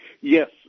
Yes